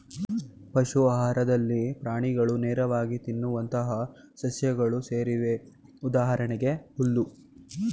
ಪಶು ಆಹಾರದಲ್ಲಿ ಪ್ರಾಣಿಗಳು ನೇರವಾಗಿ ತಿನ್ನುವಂತಹ ಸಸ್ಯಗಳು ಸೇರಿವೆ ಉದಾಹರಣೆಗೆ ಹುಲ್ಲು